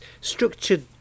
structured